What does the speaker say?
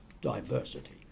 diversity